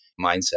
mindset